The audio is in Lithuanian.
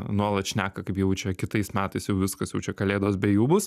nuolat šneka kaip jau čia kitais metais jau viskas jau čia kalėdos be jų bus